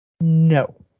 No